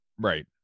right